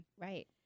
Right